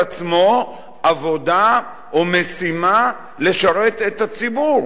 עצמו עבודה או משימה לשרת את הציבור,